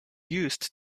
used